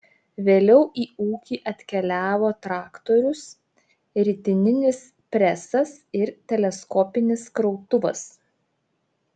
vėliau į ūkį atkeliavo traktorius ritininis presas ir teleskopinis krautuvas